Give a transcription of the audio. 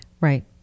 Right